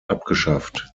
abgeschafft